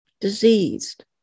diseased